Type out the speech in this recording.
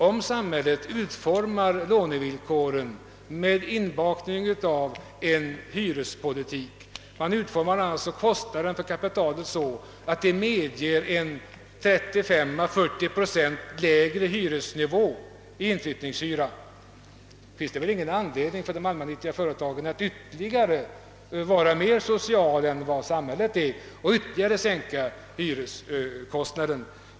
Om samhället reformerar lånevillkoren med inbakning av en hyrespolitik — om man alltså utformar kostnaden för kapitalet. så att den medger 35 å 40 procents lägre nivå på inflyttningshyran — finns. det väl ingen anledning för de allmännyttiga företagen att vara mer sociala. än samhället och ytterligare sänka hyreskostnaden.